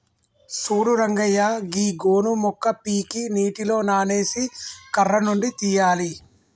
సూడు రంగయ్య గీ గోను మొక్క పీకి నీటిలో నానేసి కర్ర నుండి తీయాలి